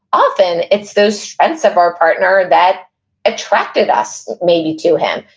often it's those strengths of our partner that attracted us, maybe, to him.